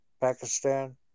Pakistan